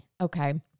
okay